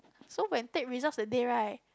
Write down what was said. so when take results that day right